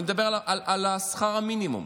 אני מדבר על שכר המינימום.